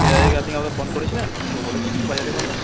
এর আগে কি আপনি কাউকে ফোন করেছিলেন কেউ বলেছে কিছু বাজারের কথা